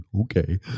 Okay